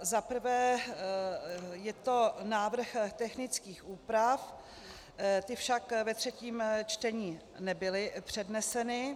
Za prvé je to návrh technických úprav, ty však ve třetím čtení nebyly předneseny;